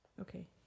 Okay